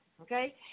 Okay